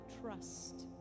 trust